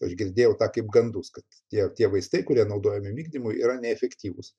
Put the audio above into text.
aš girdėjau tą kaip gandus kad tie tie vaistai kurie naudojami migdymui yra neefektyvūs